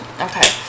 okay